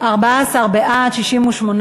אשר אחרי סעיף 1 לא נתקבלה.